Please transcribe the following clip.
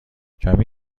کمی